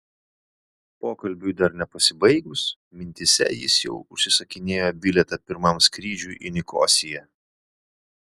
pokalbiui dar nepasibaigus mintyse jis jau užsisakinėjo bilietą pirmam skrydžiui į nikosiją